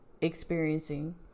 experiencing